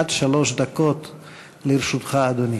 עד שלוש דקות לרשותך, אדוני.